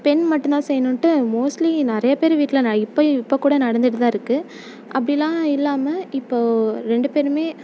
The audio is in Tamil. பெண் மட்டும் தான் செய்யணுன்ட்டு மோஸ்ட்லி நிறையா பேர் வீட்டில் நான் இப்போயும் இப்போ கூட நடந்துட்டு தான் இருக்குது அப்படிலாம் இல்லாமல் இப்போது ரெண்டு பேருமே